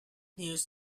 news